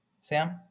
Sam